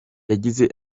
yagize